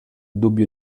dubbio